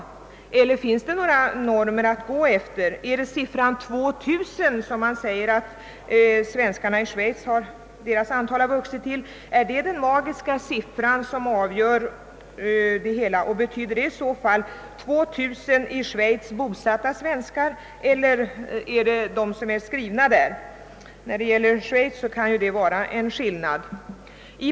Eller finns det några normer att gå efter? Man säger att svenskarna i Schweiz vuxit till ett antal av 2000. är detta den magiska siffran, som är avgörande, och betyder det i så fall 2000 i Schweiz bosatta svenskar eller gäller siffran bara dem som är skrivna där? När det gäller Schweiz kan det föreligga en skillnad härvidlag.